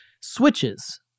switches